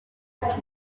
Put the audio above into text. year